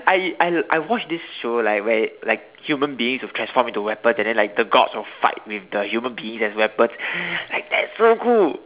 I I I watch this show like where like human beings will transform into weapons and then like the Gods will fight with the human beings as weapons like that's so cool